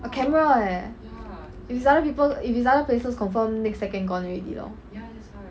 a camera leh if is other people if his other places confirm next second gone already lor